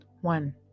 One